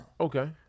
Okay